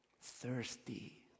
thirsty